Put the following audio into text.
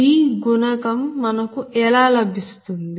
B గుణకం మనకు ఎలా లభిస్తుంది